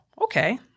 okay